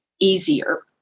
easier